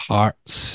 Hearts